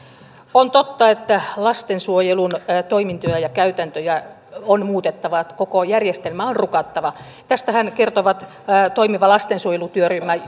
on totta että lastensuojelun toimintoja ja käytäntöjä on muutettava ja että koko järjestelmä on rukattava tästähän kertovat toimiva lastensuojelutyöryhmä